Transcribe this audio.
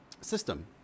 system